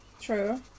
True